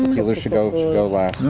healer should go go last.